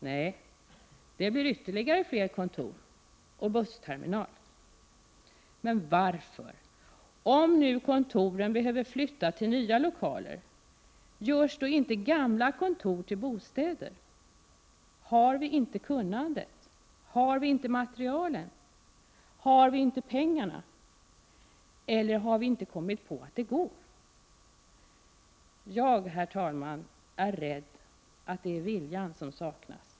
Nej, det blir ytterligare fler kontor och bussterminal. Men varför — om nu kontoren behöver flyttas till nya lokaler — görs inte gamla kontor till bostäder? Har vi inte kunnandet? Har vi inte materialen? Har vi inte pengarna? Eller har vi inte kommit på att det går? Jag, herr talman, är rädd att det är viljan som saknas.